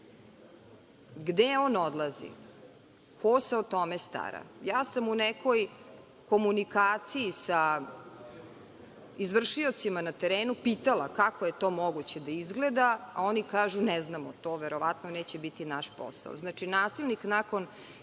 Gde on odlazi? Ko se o tome stara? Ja sam u nekoj komunikaciji sa izvršiocima na terenu pitala kako je to moguće da izgleda, a oni kažu – ne znamo, to verovatno neće biti naš posao. Znači, nasilnik nakon izrečene